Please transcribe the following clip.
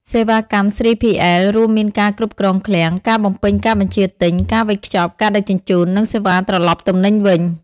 សេវាកម្ម 3PL រួមមានការគ្រប់គ្រងឃ្លាំង ការបំពេញការបញ្ជាទិញ ការវេចខ្ចប់ ការដឹកជញ្ជូន និងសេវាត្រឡប់ទំនិញវិញ ។